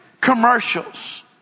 commercials